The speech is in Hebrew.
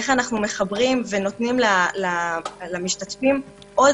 איך אנו מחברים ונותנים למשתתפים עוד